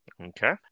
Okay